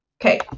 Okay